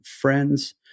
friends